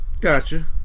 Gotcha